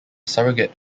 surrogate